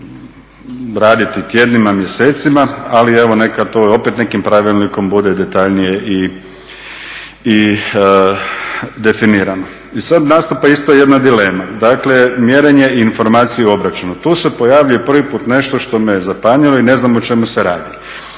dalje raditi tjednima, mjesecima? Ali evo neka to opet nekim pravilnikom bude detaljnije i definirano. I sad nastupa isto jedna dilema. Dakle, mjerenje i informacije o obračunu. Tu se pojavljuje prvi put nešto što me je zapanjilo i ne znam o čemu se radi.